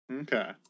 Okay